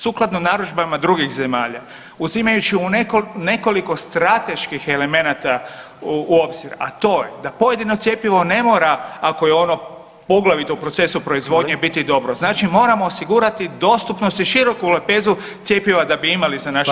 Sukladno narudžbama drugih zemalja uzimajući u nekoliko strateških elemenata u obzir, a to je da pojedino cjepivo ne mora ako je ono poglavito u procesu proizvodnje biti dobro, znači moramo osigurati dostupnost i široku lepezu cjepiva da bi imali za naše